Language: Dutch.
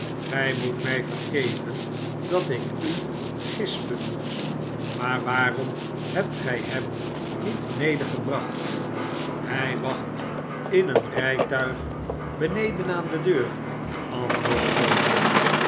oij moet mij vergeven dat ik u gispen moet maar waarom hebt gij hem niet medegebracht hij wacht in een rijtuig beneden aan de deur antwoordde rosa